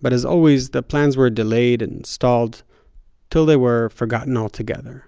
but as always, the plans were delayed and stalled till they were forgotten altogether.